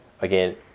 Again